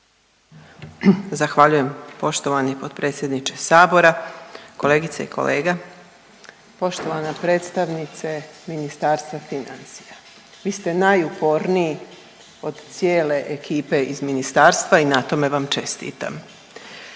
Zahvaljujem poštovani potpredsjedniče Sabora. Kolegice i kolege. Poštovana predstavnice Ministarstva financija. Vi ste najuporniji od cijele ekipe iz Ministarstva i na tome vam čestitam.